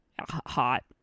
hot